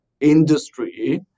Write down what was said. industry